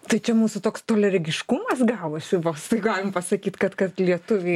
tai čia mūsų toks toliaregiškumas gavosi vos tai galim pasakyt kad kad lietuviai